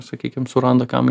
sakykim suranda kam